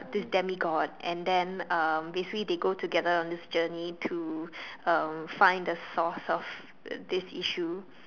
this demigod and then uh basically they go together on this journey to uh find the source of this issue